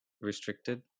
restricted